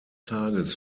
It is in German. tages